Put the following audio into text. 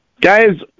Guys